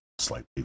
slightly